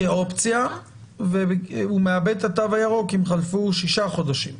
הוא מקבל כאופציה והוא מאבד את התו הירוק אם חלפו שישה חודשים.